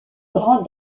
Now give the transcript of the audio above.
grand